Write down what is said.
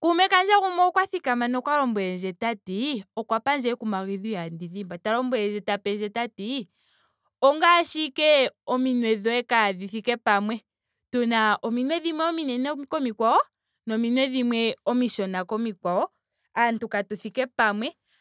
kuume kandje gumwe okwa thikama eta lombwelendje tati. okwa pandje ekumagidho ihaandi li dhimbwa. ta lombwele ta pendje tati ongaashi ashike ominwe dhoye dhaaha thike pamwe. tuna ominwe dhimwe ominene kudhikwawo nominwe dhimwe omishona kudhikwawo. aantu katu thike pamwe.